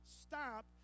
stop